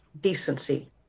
decency